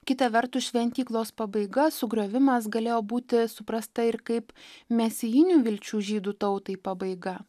kita vertus šventyklos pabaiga sugriovimas galėjo būti suprasta ir kaip mesijinių vilčių žydų tautai pabaiga